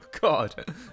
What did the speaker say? God